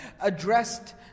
addressed